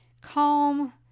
calm